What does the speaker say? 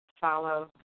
follow